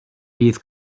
bydd